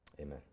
Amen